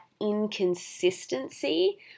inconsistency